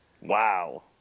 Wow